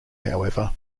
however